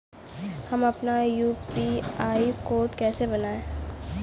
हम अपना UPI code कैसे बनाएँ?